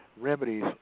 remedies